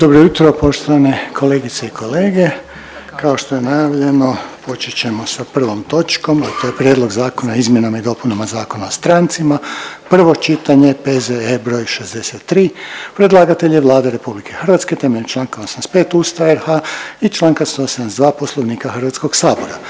Dobro jutro poštovane kolegice i kolege, kao što je najavljeno počet ćemo sa prvom točkom to je: - Prijedlog Zakona o izmjenama i dopunama Zakona o strancima, prvo čitanje, P.Z.E. broj 63 Predlagatelj je Vlada RH temeljem Članka 85. Ustava RH i Članka 172. Poslovnika Hrvatskog sabora.